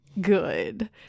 good